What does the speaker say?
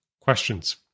questions